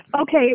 Okay